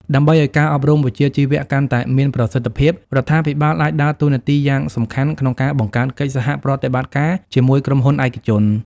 ដើម្បីឱ្យការអប់រំវិជ្ជាជីវៈកាន់តែមានប្រសិទ្ធភាព រដ្ឋាភិបាលអាចដើរតួនាទីយ៉ាងសំខាន់ក្នុងការបង្កើតកិច្ចសហប្រតិបត្តិការជាមួយក្រុមហ៊ុនឯកជន។